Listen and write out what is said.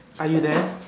are you there